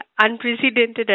unprecedented